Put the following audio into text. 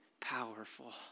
powerful